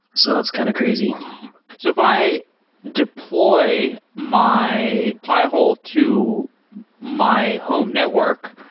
so it's kind of crazy so if i deploy my pi-hole to my home network,